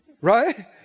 Right